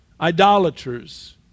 idolaters